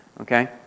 Okay